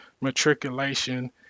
matriculation